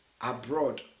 abroad